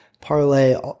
parlay